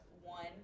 One